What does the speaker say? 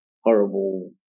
horrible